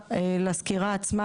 פנימה לסקירה עצמה,